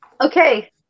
Okay